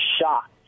shocked